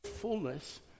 fullness